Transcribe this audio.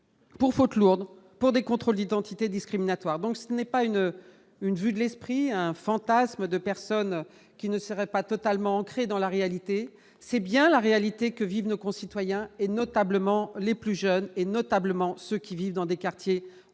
Pour faute lourde pour des contrôles d'identité discriminatoires, donc ce n'est pas une une vue de l'esprit, un fantasme de personnes qui ne serait pas totalement ancrées dans la réalité, c'est bien la réalité que vivent nos concitoyens et notablement les plus jeunes et notablement ceux qui vivent dans des quartiers plus